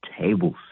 tables